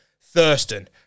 Thurston